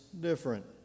different